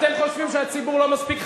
אתם חושבים שהציבור לא מספיק חכם?